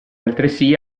altresì